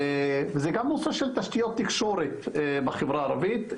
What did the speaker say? זה גם נושא של תשתיות תקשורת בחברה הערבית,